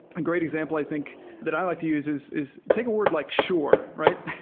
a great example i think that i like to use is is take a word like sure, right?